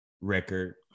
record